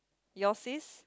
yours is